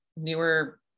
Newer